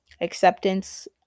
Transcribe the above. Acceptance